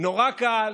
נורא קל,